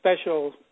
special